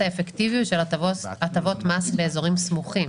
האפקטיביות של הטבות מס באזורים סמוכים.